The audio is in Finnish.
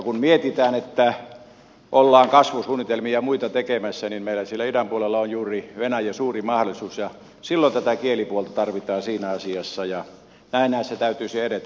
kun mietitään että ollaan kasvusuunnitelmia ja muita tekemässä niin meillä siellä idän puolella on juuri venäjä suuri mahdollisuus ja silloin tätä kielipuolta tarvitaan siinä asiassa ja näin näissä täytyisi edetä